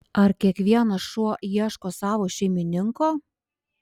ar kiekvienas šuo ieško savo šeimininko